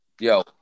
Yo